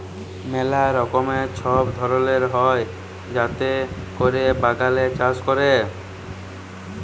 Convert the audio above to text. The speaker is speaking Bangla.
ম্যালা রকমের সব ধরল হ্যয় যাতে ক্যরে বাগানে চাষ ক্যরে